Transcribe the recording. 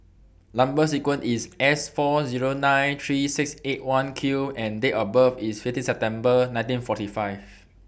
Number sequence IS S four Zero nine three six eight one Q and Date of birth IS fifteen September nineteen forty five